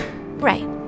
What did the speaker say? Right